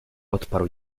odparł